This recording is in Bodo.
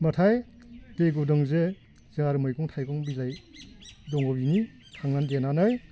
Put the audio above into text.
होनबाथाय दै गुदुंजो जा मैगं थाइगं बिलाइ दं बिनि खांनानै देनानै